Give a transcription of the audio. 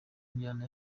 njyana